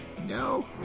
no